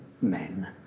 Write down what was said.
men